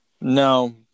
No